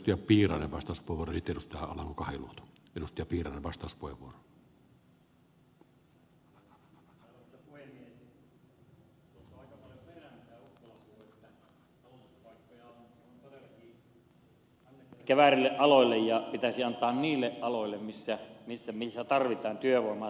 ukkola puhui että koulutuspaikkoja on todellakin ehkä annettu väärille aloille ja pitäisi antaa niille aloille joilla tarvitaan työvoimaa tällä hetkellä